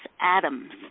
Adams